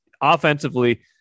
offensively